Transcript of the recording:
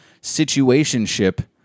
situationship